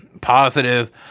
positive